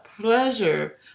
pleasure